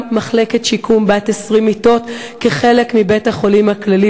מחלקת שיקום בת 20 מיטות כחלק מבית-החולים הכללי,